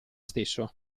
stesso